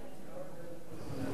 בהתאם למועדי הפרישה,